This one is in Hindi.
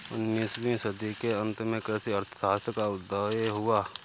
उन्नीस वीं सदी के अंत में कृषि अर्थशास्त्र का उदय हुआ